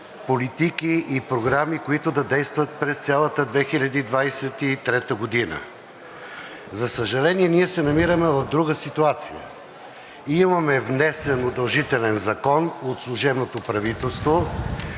политики и програми, които да действат през цялата 2023 г. За съжаление, ние се намираме в друга ситуация. Имаме внесен удължителен закон от служебното правителство